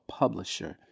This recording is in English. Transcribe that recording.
publisher